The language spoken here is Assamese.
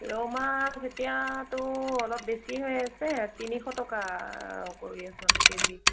ৰৌমাছ এতিয়াতো অলপ বেছি হৈ আছে তিনিশ টকা কৰি আছোঁ আমি কে জি